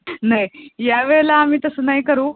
नाही यावेळेला आम्ही तसं नाही करू